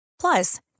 Plus